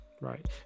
Right